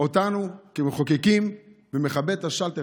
אותנו כמחוקקים ומכבה את השלטר.